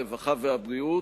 הרווחה והבריאות,